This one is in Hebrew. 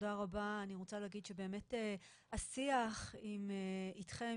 ואני רוצה להגיד שהשיח אתכם,